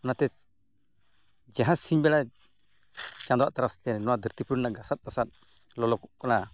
ᱚᱱᱟᱛᱮ ᱡᱟᱦᱟᱸ ᱥᱤᱧ ᱵᱮᱲᱟ ᱪᱟᱸᱫᱳᱣᱟᱜ ᱛᱟᱨᱟᱥ ᱛᱮ ᱱᱚᱣᱟ ᱫᱷᱟᱹᱨᱛᱤ ᱯᱩᱨᱤ ᱢᱟ ᱜᱷᱟᱥᱟᱫ ᱜᱷᱟᱥᱟᱫ ᱞᱚᱞᱚ ᱠᱚᱜ ᱠᱟᱱᱟ